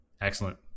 Excellent